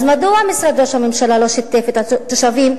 אז מדוע משרד ראש הממשלה לא שיתף את התושבים,